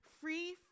free